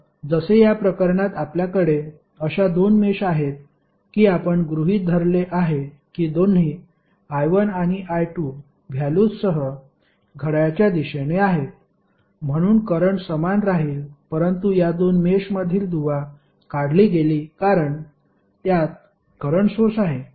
तर जसे या प्रकरणात आपल्याकडे अश्या दोन मेष आहेत की आपण गृहित धरले आहे की दोन्ही I1 आणि I2 व्हॅल्युसह घड्याळाच्या दिशेने आहेत म्हणून करंट समान राहील परंतु या दोन मेषमधील दुवा काढली गेली कारण त्यात करंट सोर्स आहे